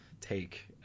take